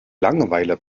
langeweile